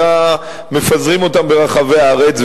אלא מפזרים אותם ברחבי הארץ,